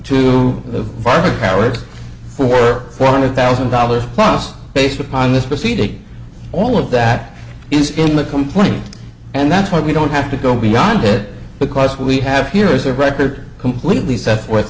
powers for four hundred thousand dollars plus based upon this proceeding all of that is in the complaint and that's why we don't have to go beyond that because we have here is a record completely set forth